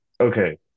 okay